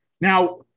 Now